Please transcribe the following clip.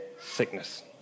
sickness